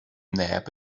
neb